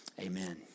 Amen